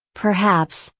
perhaps,